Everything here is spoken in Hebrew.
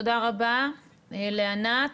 תודה רבה לענת.